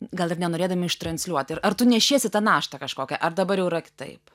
gal ir nenorėdami ištransliuoti ir ar tu nešiesi tą naštą kažkokią ar dabar jau yra kitaip